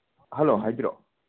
hello ꯍꯥꯏꯕꯤꯔꯛꯑꯣ